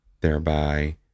thereby